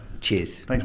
Cheers